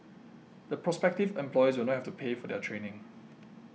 the prospective employees will not have to pay for their training